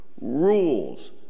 rules